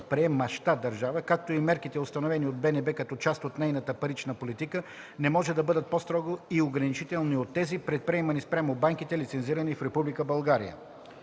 приемаща държава, както и мерките, установени от БНБ като част от нейната парична политика, не може да бъдат по-строги и ограничителни от тези, предприемани спрямо банките, лицензирани в